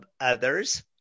others